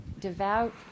devout